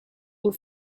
aux